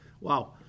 Wow